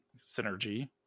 synergy